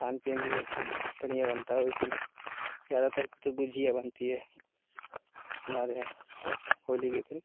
और खान पीन भी बढ़िया बनता है उस दिन ज़्यादातर तो गुजिया बनती है हमारे यहाँ होली के दिन